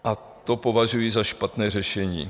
A to považuji za špatné řešení.